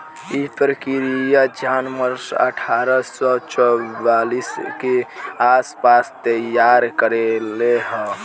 इ प्रक्रिया John Mercer अठारह सौ चौवालीस के आस पास तईयार कईले रहल